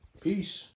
Peace